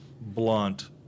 blunt